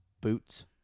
boots